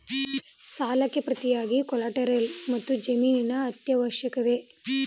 ಸಾಲಕ್ಕೆ ಪ್ರತಿಯಾಗಿ ಕೊಲ್ಯಾಟರಲ್ ಮತ್ತು ಜಾಮೀನು ಅತ್ಯವಶ್ಯಕವೇ?